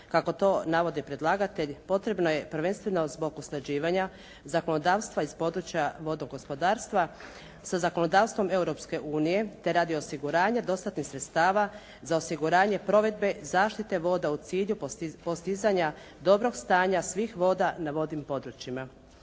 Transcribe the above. vodnog gospodarstva potrebna je prvenstveno zbog usklađivanja zakonodavstva iz područja vodnog gospodarstva sa zakonodavstvom Europske unije i osiguranja dostatnih sredstava za osiguranje provedbe mjere zaštita voda u cilju postizanja dobrog stanja svih voda na vodnim područjima.